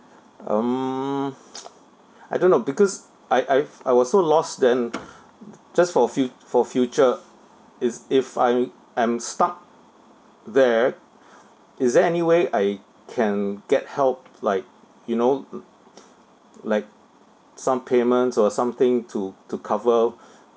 um I don't know because I I've I was so lost then just for fu~ for future is if I am stuck there is there any way I can get help like you know like some payments or something to to cover